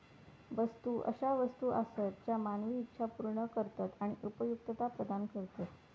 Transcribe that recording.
वस्तू अशा वस्तू आसत ज्या मानवी इच्छा पूर्ण करतत आणि उपयुक्तता प्रदान करतत